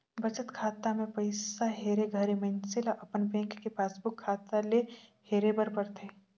बचत खाता ले पइसा हेरे घरी मइनसे ल अपन बेंक के पासबुक खाता ले हेरे बर परथे